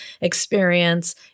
experience